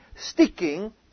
sticking